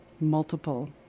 multiple